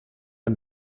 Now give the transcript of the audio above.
ein